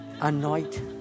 Anoint